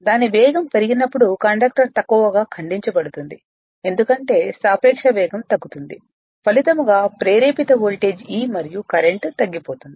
దాని వేగం పెరిగినప్పుడు కండక్టర్ తక్కువగా ఖండించబడుతుంది ఎందుకంటే సాపేక్ష వేగం తగ్గుతుంది ఫలితంగా ప్రేరేపిత వోల్టేజ్ E మరియు కరెంట్ తగ్గిపోతుంది